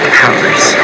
powers